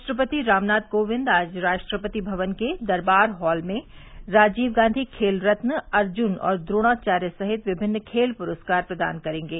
राष्ट्रपति रामनाथ कोविंद आज राष्ट्रपति भवन के दरबार हॉल में राजीव गांधी खेल रत्न अर्जुन और द्रोणाचार्य सहित विभिन्न खेल पुरस्कार प्रदान करेंगे